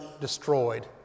destroyed